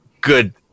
Good